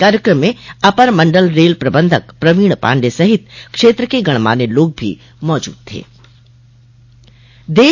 कार्यक्रम में अपर मंडल रेल प्रबंधक प्रवीण पाण्डेय सहित क्षेत्र के गणमान्य लोग भी मौजूद थे